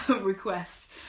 request